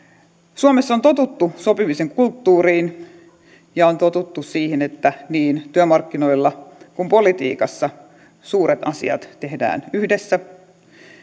suomessa on totuttu sopimisen kulttuuriin ja on totuttu siihen että niin työmarkkinoilla kuin politiikassa suuret asiat tehdään yhdessä